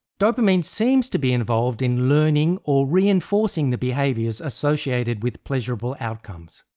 dopamine seems to be involved in learning or reinforcing the behaviours associated with pleasurable outcomes.